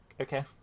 Okay